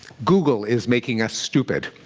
google is making us stupid.